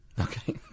Okay